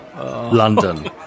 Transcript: london